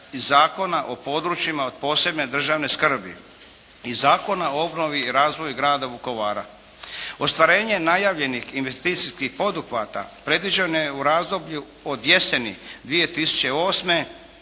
iz Zakona o područjima od posebne državne skrbi i Zakona o obnovi i razvoju grada Vukovara. Ostvarenje najavljenih investicijskih poduhvata predviđeno je u razdoblju od jeseni 2008.